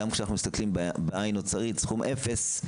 גם כשאנחנו מסתכלים בעין אוצרית סכום אפס,